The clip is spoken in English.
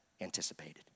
anticipated